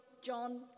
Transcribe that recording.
John